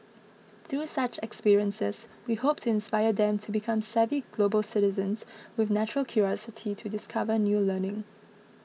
through such experiences we hope to inspire them to become savvy global citizens with natural curiosity to discover new learning